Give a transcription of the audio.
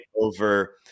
over